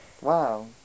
Wow